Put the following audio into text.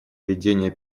ведения